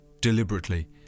deliberately